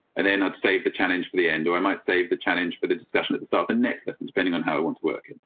and then i'd save the challenge for the end. or i might save the challenge for the discussion that start the next lesson, spending on how we want to work.